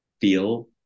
feel